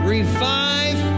Revive